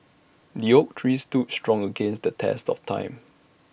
the oak tree stood strong against the test of time